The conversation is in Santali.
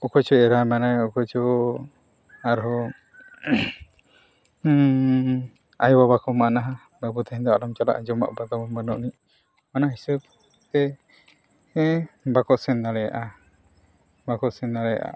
ᱚᱠᱚᱭ ᱪᱚ ᱮᱻᱨᱟ ᱢᱟᱱᱮ ᱚᱠᱚᱭ ᱪᱚ ᱟᱨ ᱦᱚᱸ ᱟᱭᱳ ᱵᱟᱵᱟ ᱠᱚᱢᱟ ᱢᱮᱱᱟ ᱵᱟᱹᱵᱩ ᱛᱮᱦᱮᱧ ᱫᱚ ᱟᱞᱚᱢ ᱪᱟᱞᱟᱜᱼᱟ ᱡᱚᱢᱟᱜ ᱛᱟᱵᱚᱱ ᱵᱟᱹᱱᱩᱜ ᱟᱹᱱᱤᱡ ᱚᱱᱟ ᱦᱤᱥᱟᱹᱵ ᱛᱮ ᱵᱟᱠᱚ ᱥᱮᱱ ᱫᱟᱲᱮᱭᱟᱜᱼᱟ ᱵᱟᱠᱚ ᱥᱮᱱ ᱫᱟᱲᱮᱭᱟᱜᱼᱟ